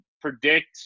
predict